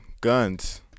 guns